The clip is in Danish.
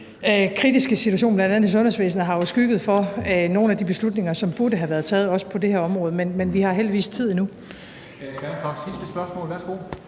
kritiske situation i bl.a. sundhedsvæsenet jo har skygget for nogle af de beslutninger, som burde have været taget også på det her område, men vi har heldigvis tid endnu.